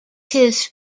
his